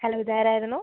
hello ഇതാരായിരുന്നു